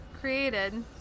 created